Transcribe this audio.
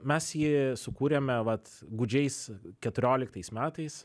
mes jį sukūrėme vat gūdžiais keturioliktais metais